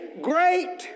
great